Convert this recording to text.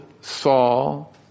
Saul